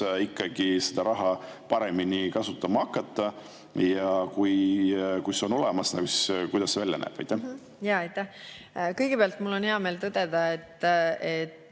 ikkagi seda raha paremini kasutama hakata, ja kui see on olemas, siis kuidas see välja näeb? Aitäh! Kõigepealt, mul on hea meel tõdeda, et